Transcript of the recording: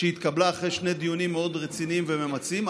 שהתקבלה אחרי שני דיונים מאוד רציניים וממצים,